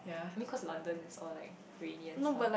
I mean cause London is all like rainy and stuff